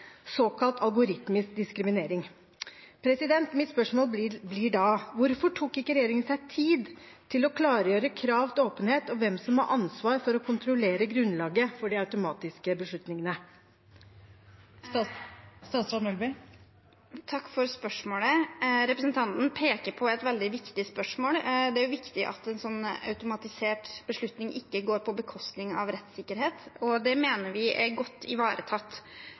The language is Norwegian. såkalt algoritmisk diskriminering. Mitt spørsmål blir da: Hvorfor tok ikke regjeringen seg tid til å klargjøre krav til åpenhet og hvem som har ansvaret for å kontrollere grunnlaget for de automatiske beslutningene? Takk for spørsmålet. Representanten peker på et veldig viktig spørsmål. Det er viktig at en sånn automatisert beslutning ikke går på bekostning av rettssikkerheten, og det mener vi er godt ivaretatt.